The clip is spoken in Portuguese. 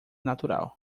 natural